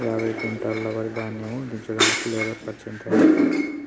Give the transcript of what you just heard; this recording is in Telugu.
యాభై క్వింటాల్ వరి ధాన్యము దించడానికి లేబర్ ఖర్చు ఎంత అయితది?